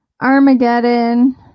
Armageddon